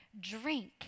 drink